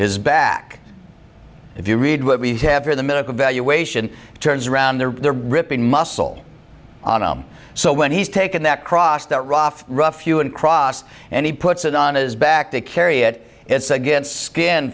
his back if you read what we have here the medical evaluation turns around there they're ripping muscle on him so when he's taken that cross that rough rough you and cross and he puts it on his back to carry it it's against skin